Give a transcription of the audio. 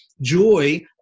joy